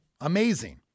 Amazing